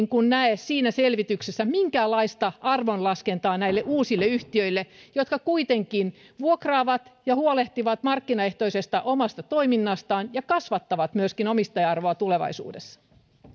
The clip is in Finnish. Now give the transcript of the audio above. näe siinä selvityksessä minkäänlaista arvonlaskentaa näille uusille yhtiöille jotka kuitenkin vuokraavat ja huolehtivat markkinaehtoisesta omasta toiminnastaan ja kasvattavat myöskin omistaja arvoa tulevaisuudessa